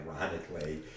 ironically